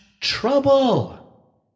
trouble